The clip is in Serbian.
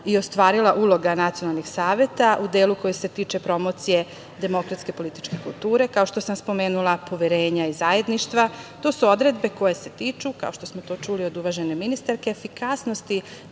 i ostvarila uloga nacionalnih saveta u delu koji se tiče promocije demokratske političke kulture. Kao što sam spomenula poverenja i zajedništva, to su odredbe koje se tiču, kao što smo to čuli od uvažene ministarke, efikasnosti